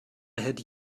had